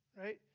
Right